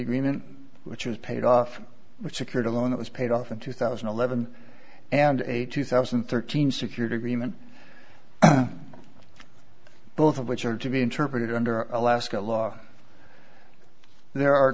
agreement which was paid off which secured a loan that was paid off in two thousand and eleven and a two thousand and thirteen security agreement both of which are to be interpreted under alaska law there are